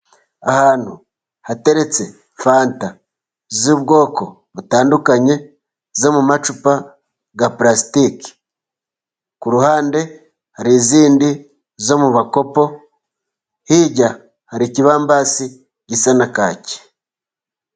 Ahantu hateretse fanta z'ubwoko butandukanye ,zo mu macupa ya pulasitike .Ku ruhande hari izindi zo mu makopo hirya ,hari ikibambasi gisa na kaki.